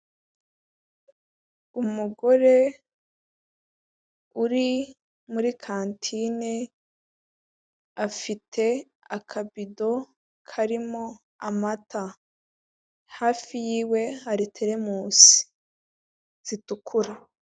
Umugore uri muri kantine, afite akabido karimo amata. Hafi y'iwe hari teremusi zitukura.